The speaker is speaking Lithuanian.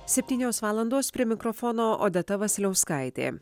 septynios valandos prie mikrofono odeta vasiliauskaitė